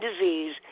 disease